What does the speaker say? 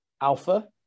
Alpha